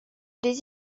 des